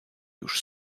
już